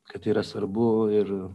kad tai yra svarbu ir